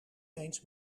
eens